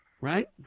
right